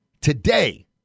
Today